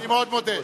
אני מאוד מודה.